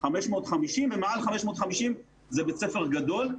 550 ומעל 550 זה בית ספר גדול.